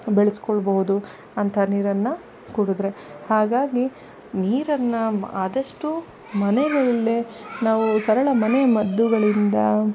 ಬೆಳ್ಸಿಕೊಳ್ಬೋದು ಅಂಥ ನೀರನ್ನು ಕುಡಿದ್ರೆ ಹಾಗಾಗಿ ನೀರನ್ನು ಆದಷ್ಟು ಮನೆಗಳಲ್ಲೇ ನಾವು ಸರಳ ಮನೆಮದ್ದುಗಳಿಂದ